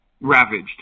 ravaged